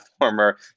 former